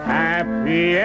happy